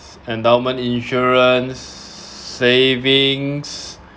endowment insurance savings